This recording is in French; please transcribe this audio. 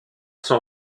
son